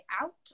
out